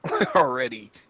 already